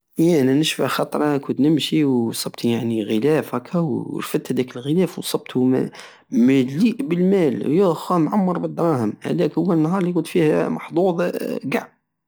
ايه انا نشفى خطرى انا كنت نمشي وصبت يعني غلاف هكا ورفدت هداك الغلاف وصبتو م- مليء بالمال ياخاه معمر بالدراهم هداك هو النهار الي كنت فيه محظوظ قع